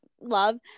love